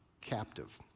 captive